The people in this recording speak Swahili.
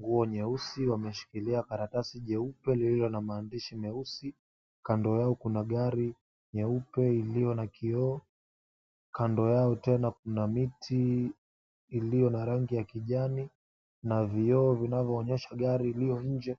nguo nyeusi na kushikilia karatasi jeupe lililo na maandishi meusi. Kando yao kuna gari nyeupe iliyo na kioo. Kando yao tena kuna miti iliyo na rangi ya kijani na vioo vinavyoonyesha gari likiwa nje.